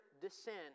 descend